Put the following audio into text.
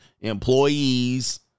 employees